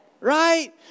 right